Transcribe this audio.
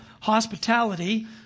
hospitality